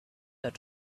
had